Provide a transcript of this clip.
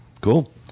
cool